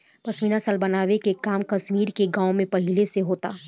पश्मीना शाल बनावे के काम कश्मीर के गाँव में पहिले से होता